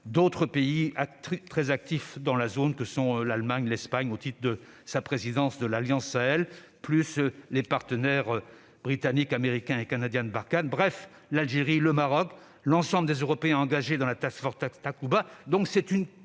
d'autres pays très actifs dans la zone tels que l'Allemagne et l'Espagne, au titre de sa présidence de l'Alliance Sahel, ainsi que nos partenaires britanniques, américains et canadiens au sein de Barkhane, l'Algérie, le Maroc, l'ensemble des Européens engagés dans la Takuba.